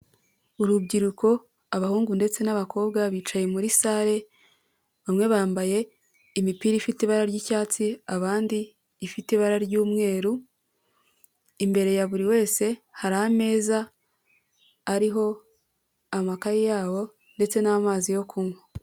Urubyiruko abahungu ndetse n'abakobwa bicaye muri sale, bamwe bambaye imipira ifite ibara ry'icyatsi, abandi ifite ibara ry'umweru, imbere ya buri wese hari ameza ariho amakaye yabo ndetse n'amazi yo kunywa.